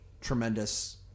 tremendous